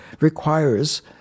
requires